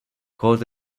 caught